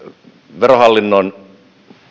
verohallinnon